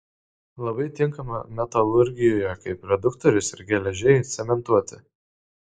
labai tinka metalurgijoje kaip reduktorius ir geležiai cementuoti